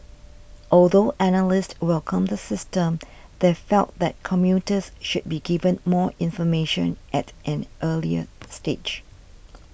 although analysts welcomed the system they felt that commuters should be given more information at an earlier stage